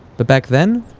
but back then,